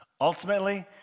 Ultimately